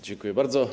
Dziękuję bardzo.